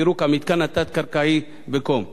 פירוק המתקן התת-קרקעי בקום.